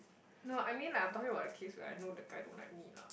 no I mean like I'm talking about the case where I know the guy don't like me lah